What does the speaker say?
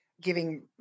giving